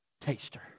taster